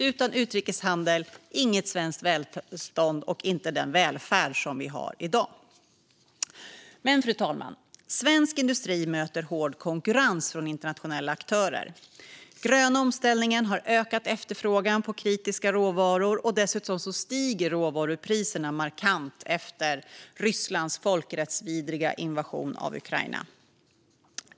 Utan utrikeshandel - inget svenskt välstånd och inte den välfärd som vi har i dag. Fru talman! Svensk industri möter dock hård konkurrens från internationella aktörer. Den gröna omställningen har ökat efterfrågan på kritiska råvaror, och dessutom stiger råvarupriserna markant efter Rysslands folkrättsvidriga invasion av Ukraina.